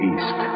East